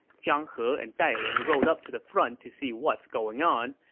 zhang he and dai ling rode up to the front to see what's going on,